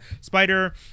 spider